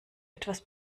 etwas